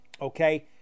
okay